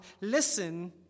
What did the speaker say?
listen